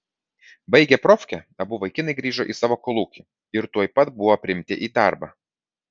baigę profkę abu vaikinai grįžo į savo kolūkį ir tuoj pat buvo priimti į darbą